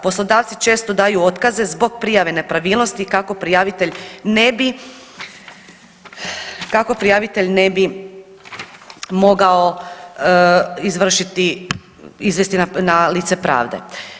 Poslodavci često daju otkaze zbog prijave nepravilnosti kako prijavitelj ne bi, kako prijavitelj ne bi mogao izvršiti, izvesti na lice pravde.